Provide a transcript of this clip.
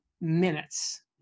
minutes